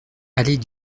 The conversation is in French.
allée